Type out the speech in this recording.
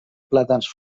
plàtans